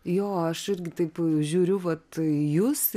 jo aš irgi taip žiūriu vat į jus